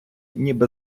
ніби